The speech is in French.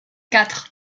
quatre